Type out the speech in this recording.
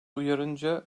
uyarınca